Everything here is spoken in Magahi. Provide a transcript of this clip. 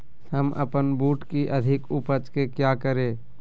हम अपन बूट की अधिक उपज के क्या करे?